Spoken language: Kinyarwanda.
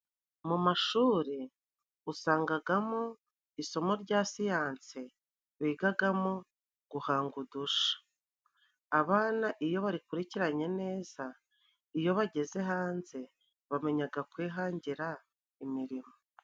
Mu mashuri usangagamo isomo rya siyanse bigagamo guhanga udusha. Abana iyo bakurikiranye neza, iyo bageze hanze bamenyaga kwihangira imirimo.